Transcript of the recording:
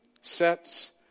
sets